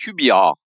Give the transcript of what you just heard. QBR